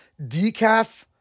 decaf